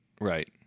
Right